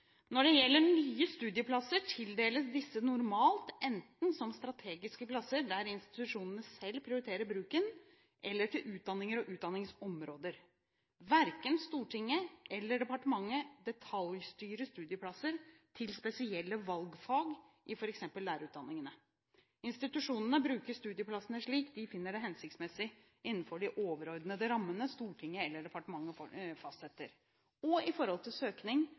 Når det gjelder nye studieplasser, tildeles disse normalt enten som strategiske plasser der institusjonene selv prioriterer bruken, eller til utdanninger og utdanningsområder. Verken Stortinget eller departementet detaljstyrer studieplasser til spesielle valgfag i f.eks. lærerutdanningene. Institusjonene bruker studieplassene slik de finner det hensiktsmessig innenfor de overordnede rammene Stortinget eller departementet fastsetter, og med hensyn til søkning